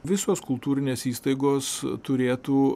visos kultūrinės įstaigos turėtų